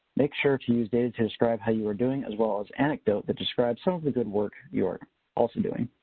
make sure to use data to describe how you were doing as well as anecdote that describes some of the good work you're also doing.